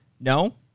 No